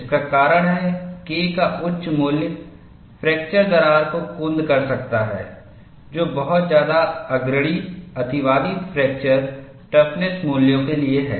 इसका कारण है K का उच्च मूल्य फ्रैक्चरदरार को कुंद कर सकता है जो बहुत ज्यादा अग्रणी अतिवादी फ्रैक्चर टफनेस मूल्यों के लिए है